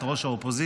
את ראש האופוזיציה,